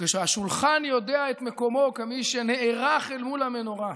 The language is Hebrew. וכשהשולחן יודע את מקומו כמי שנערך אל מול המנורה,